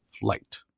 flight